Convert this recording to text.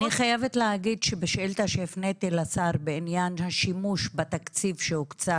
אני חייבת להגיד שבשאילתה שהפניתי לשר בעניין השימוש בתקציב שהוקצה